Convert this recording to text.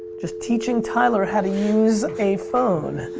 just teaching tyler how to use a phone.